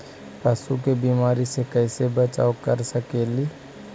पशु के बीमारी से कैसे बचाब कर सेकेली?